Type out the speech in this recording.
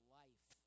life